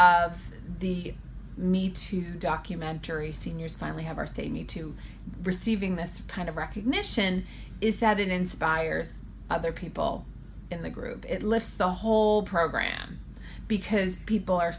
of the me too documentary seniors finally have our state need to receiving this kind of recognition is that it inspires other people in the group it lifts the whole program because people are